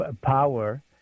power